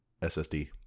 SSD